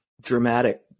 dramatic